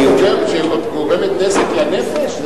הצתה שגורמת נזק לנפש.